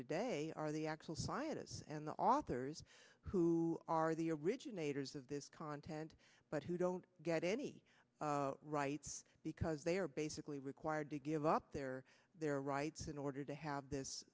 today are the actual scientists and the authors who are the originators of this content but who don't get any rights because they are basically required to give up their their rights in order to have this